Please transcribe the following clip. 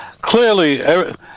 Clearly